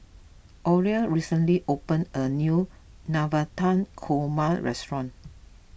Orelia recently opened a new Navratan Korma restaurant